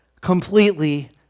completely